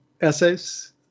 essays